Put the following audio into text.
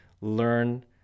learn